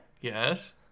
Yes